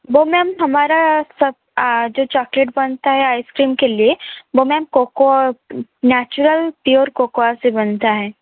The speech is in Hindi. वो मैंम हमारा सब जो चॉकलेट बनता है आइस क्रीम के लिए वो ma'am cocoa natural pure cocoa से बनता है